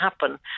happen